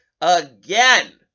again